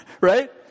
right